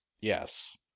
Yes